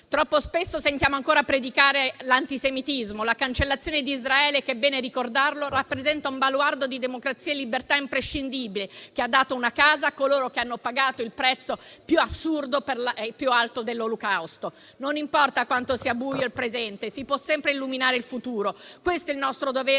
Troppo spesso sentiamo ancora predicare l'antisemitismo, la cancellazione di Israele, che - è bene ricordarlo - rappresenta un baluardo di democrazia e libertà imprescindibile, che ha dato una casa a coloro che hanno pagato il prezzo più assurdo e più alto dell'olocausto. Non importa quanto sia buio il presente: si può sempre illuminare il futuro. Questo è il nostro dovere,